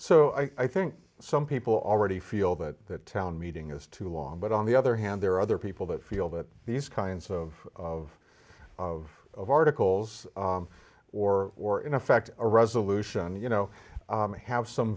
so i think some people already feel that the town meeting is too long but on the other hand there are other people that feel that these kinds of of of articles or or in effect a resolution you know have some